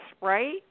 right